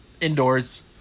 indoors